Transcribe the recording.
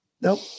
nope